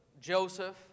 Joseph